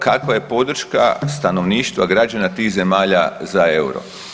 Kakva je podrška stanovništva, građana tih zemalja za EUR-o?